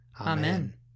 Amen